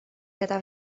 gyda